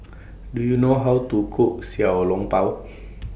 Do YOU know How to Cook Xiao Long Bao